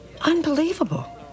Unbelievable